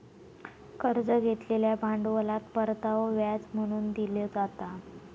कर्ज घेतलेल्या भांडवलात परतावो व्याज म्हणून दिलो जाता